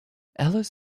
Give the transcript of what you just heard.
ellis